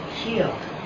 healed